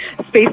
space